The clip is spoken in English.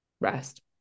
rest